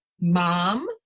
mom